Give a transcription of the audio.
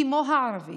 כמו הערבית,